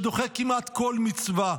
שדוחה כמעט כל מצווה.